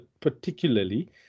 particularly